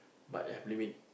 but ya have limit